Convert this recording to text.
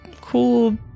Cool